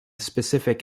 specific